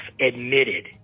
admitted